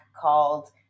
called